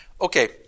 Okay